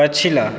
पछिला